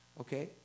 Okay